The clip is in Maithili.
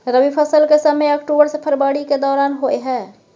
रबी फसल के समय अक्टूबर से फरवरी के दौरान होय हय